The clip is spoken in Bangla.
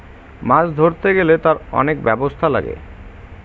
মাছ ধরতে গেলে তার অনেক ব্যবস্থা লাগে